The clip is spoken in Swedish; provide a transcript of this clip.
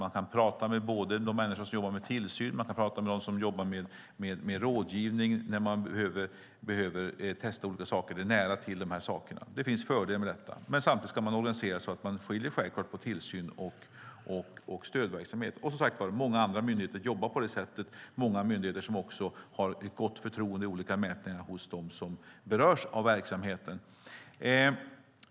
Man kan tala både med dem som jobbar med tillsyn och med dem som jobbar med rådgivning när man behöver testa olika saker. Det är nära till dessa saker, och det finns fördelar med detta. Men samtidigt ska detta organiseras så att tillsyn och stödverksamhet skiljs åt. Många andra myndigheter jobbar på detta sätt, och enligt olika mätningar har de som berörs av verksamheten också ett stort förtroende för dessa myndigheter.